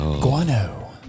Guano